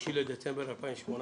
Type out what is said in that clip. ה-3 בדצמבר 2018,